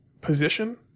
position